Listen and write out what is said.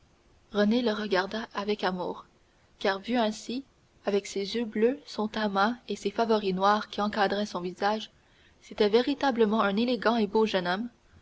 renée le regarda avec amour car vu ainsi avec ses yeux bleus son teint mat et ses favoris noirs qui encadraient son visage c'était véritablement un élégant et beau jeune homme